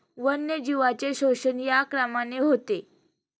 वन्यजीवांचे शोषण या क्रमाने होते